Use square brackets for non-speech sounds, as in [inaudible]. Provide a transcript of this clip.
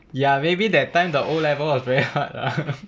ya maybe that time the O level was very hard lah [laughs]